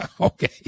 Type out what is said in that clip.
Okay